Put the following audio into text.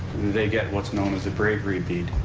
they get what's known as a bravery bead,